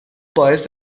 باعث